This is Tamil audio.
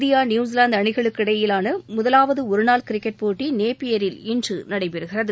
இந்தியா நியூஸிலாந்து அணிகளுக்கு இடையிலான முதலாவது ஒருநாள் கிரிக்கெட் போட்டி நேப்பியரில் இன்று நடைபெறுகிறது